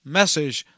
message